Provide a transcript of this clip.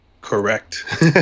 correct